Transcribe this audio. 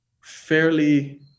fairly